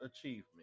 Achievement